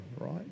right